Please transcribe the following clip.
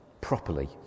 properly